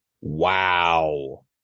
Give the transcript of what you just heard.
Wow